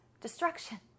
destruction